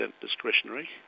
discretionary